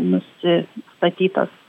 nusi statytas